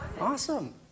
Awesome